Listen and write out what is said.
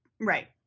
right